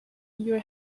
your